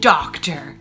Doctor